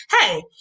hey